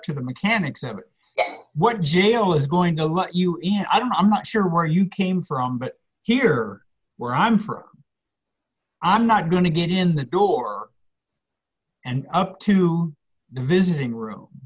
to the mechanics of what jail is going to let you in and i don't i'm not sure where you came from but here where i'm for i'm not going to get in the door and up to the visiting room